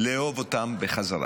לאהוב אותם בחזרה.